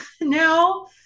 no